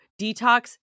detox